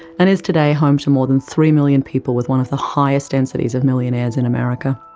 and is today home to more than three million people with one of the highest densities of millionaires in america.